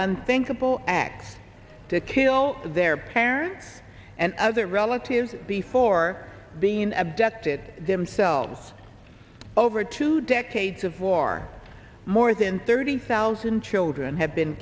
unthinkable acts to kill their parents and other relatives before being abducted themselves over two decades of war more than thirty thousand children have been